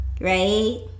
right